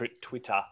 Twitter